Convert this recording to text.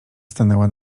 stanęła